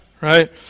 right